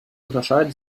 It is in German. unterscheiden